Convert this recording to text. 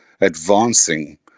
advancing